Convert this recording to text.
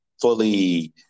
fully